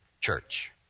Church